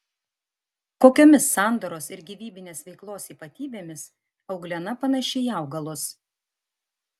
kokiomis sandaros ir gyvybinės veiklos ypatybėmis euglena panaši į augalus